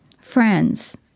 Friends